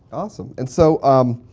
awesome. and so um,